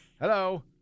Hello